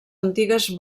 antigues